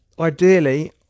ideally